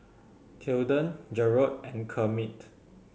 Tilden Garold and Kermit